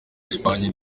espagne